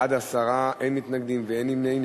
בעד, 10, אין מתנגדים ואין נמנעים.